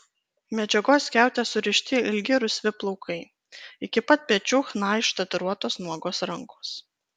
medžiagos skiaute surišti ilgi rusvi plaukai iki pat pečių chna ištatuiruotos nuogos rankos